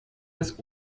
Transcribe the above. des